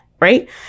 right